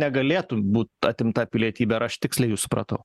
negalėtų būt atimta pilietybė ar aš tiksliai supratau